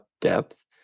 depth